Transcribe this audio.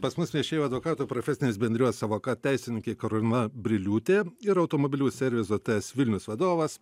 pas mus viešėjo advokatų profesinės bendrijos avokad teisininkė karolina briliūtė ir automobilių servizo ts vilnius vadovas